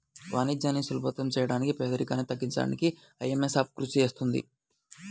వాణిజ్యాన్ని సులభతరం చేయడానికి పేదరికాన్ని తగ్గించడానికీ ఐఎంఎఫ్ కృషి చేస్తుంది